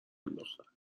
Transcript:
انداختن